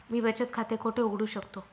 मी बचत खाते कोठे उघडू शकतो?